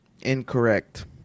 Incorrect